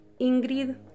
Ingrid